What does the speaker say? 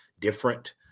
different